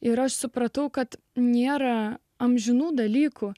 yra supratau kad nėra amžinų dalykų